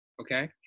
Okay